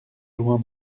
jouan